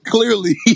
Clearly